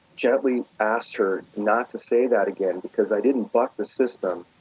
gently asked her not to say that again, because i didn't buck the system.